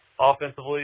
offensively